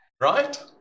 right